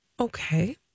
Okay